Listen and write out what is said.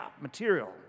material